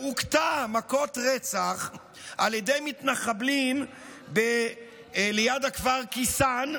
שהוכתה מכות רצח על ידי מתנחבלים ליד הכפר כיסן,